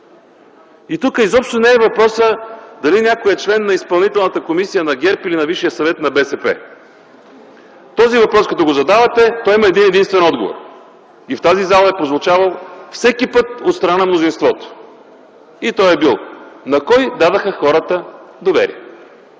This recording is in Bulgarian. Тук изобщо не е въпросът дали някой е член на Изпълнителната комисия на ГЕРБ или на Висшия съвет на БСП. Този въпрос, като го задавате, има един-единствен отговор и в тази зала е прозвучавал всеки път от страна на мнозинството. И той е бил: на кого дадоха доверие